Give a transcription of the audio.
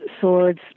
swords